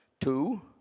Two